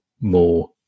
more